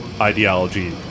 ideology